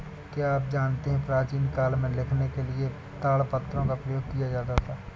क्या आप जानते है प्राचीन काल में लिखने के लिए ताड़पत्रों का प्रयोग किया जाता था?